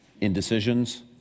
Indecisions